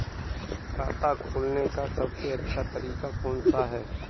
खाता खोलने का सबसे अच्छा तरीका कौन सा है?